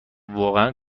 واقعا